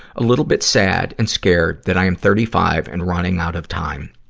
a little bit sad and scared that i am thirty five and running out of time.